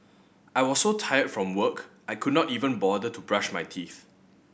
I was so tired from work I could not even bother to brush my teeth